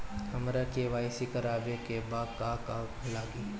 हमरा के.वाइ.सी करबाबे के बा का का लागि?